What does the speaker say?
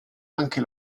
anche